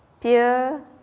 pure